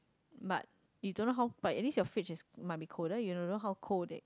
but you don't know how but at least your fridge is might be cooler you don't know how cool is